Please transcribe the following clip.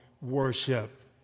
worship